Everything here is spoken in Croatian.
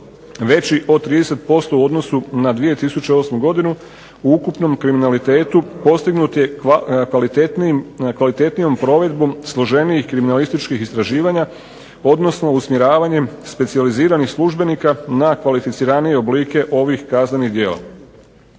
veći od 30% u odnosu na 2008.godinu u ukupnom kriminalitetu postignut je kvalitetnijom provedbom složenijih kriminalističkih istraživanja, odnosno usmjeravanjem specijaliziranih službenika na kvalificiranije oblike ovih kaznenih djela.